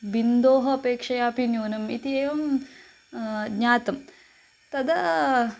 बिन्दोः अपेक्षया अपि न्यूनम् इति एवं ज्ञातं तदा